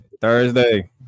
Thursday